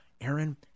Aaron